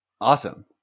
awesome